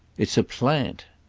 it's a plant!